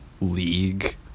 league